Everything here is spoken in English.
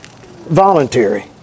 voluntary